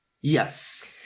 Yes